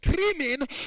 screaming